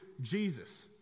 Jesus